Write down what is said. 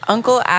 Uncle